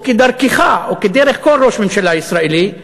וכדרכך וכדרך כל ראש ממשלה ישראלי,